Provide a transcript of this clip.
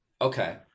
Okay